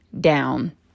down